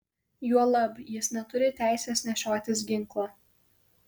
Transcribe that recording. juolab jis neturi teisės nešiotis ginklą